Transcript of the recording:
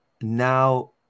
Now